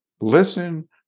listen